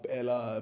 eller